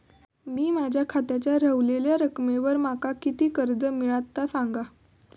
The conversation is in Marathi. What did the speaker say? मी माझ्या खात्याच्या ऱ्हवलेल्या रकमेवर माका किती कर्ज मिळात ता सांगा?